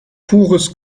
pures